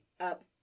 up